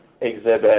exhibit